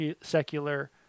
secular